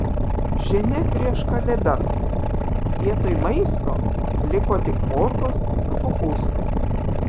žinia prieš kalėdas vietoj maisto liko tik morkos ir kopūstai